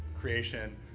creation